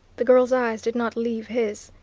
the girl's eyes did not leave his.